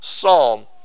psalm